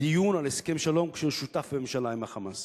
דיון על הסכם שלום כשהוא שותף בממשלה עם ה"חמאס".